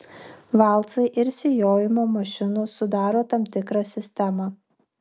valcai ir sijojimo mašinos sudaro tam tikrą sistemą